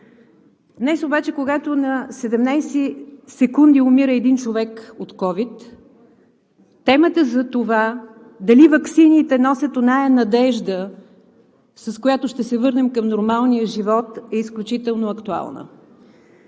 Днес обаче, когато на 17 секунди умира един човек от ковид, темата за това дали ваксините носят онази надежда, с която ще се върнем към нормалния живот, е изключително актуална.